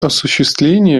осуществление